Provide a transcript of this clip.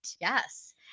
Yes